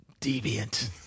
deviant